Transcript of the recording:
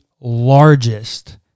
largest